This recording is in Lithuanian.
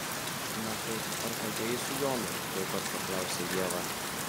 na kaip ar kalbėjai su jonu tuoj pat paklausė ieva